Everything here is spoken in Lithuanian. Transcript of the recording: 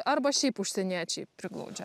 arba šiaip užsieniečiai priglaudžia